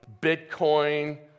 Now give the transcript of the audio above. Bitcoin